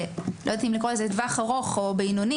לא יודעת אם לקרוא לזה טווח ארוך או בינוני,